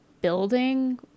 building